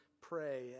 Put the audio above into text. pray